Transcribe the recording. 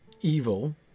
evil